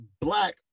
black